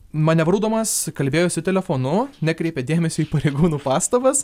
manevruodamas kalbėjosi telefonu nekreipė dėmesio į pareigūnų pastabas